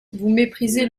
méprisez